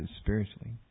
spiritually